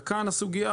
וכאן הסוגיה.